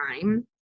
time